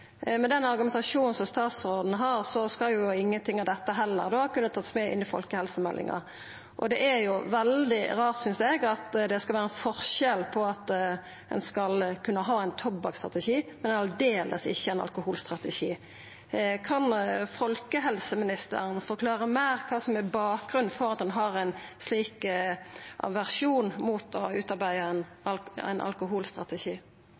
Med den argumentasjonen som statsråden har, skal heller ingenting av dette kunne takast med inn i folkehelsemeldinga. Og det er jo veldig rart, synest eg, at det skal vera ein forskjell på det: at ein skal kunna ha ein tobakksstrategi, men aldeles ikkje ein alkoholstrategi. Kan folkehelseministeren forklara meir om kva som er bakgrunnen for at ein har ein slik aversjon mot å utarbeida ein alkoholstrategi?